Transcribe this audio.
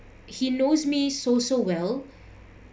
he knows me so so well